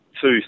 Two